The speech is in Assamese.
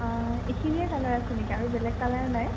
অঁ এইখিনিয়ে কালাৰ আছে নেকি আৰু বেলেগ কালাৰ নাই